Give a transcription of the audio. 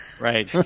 Right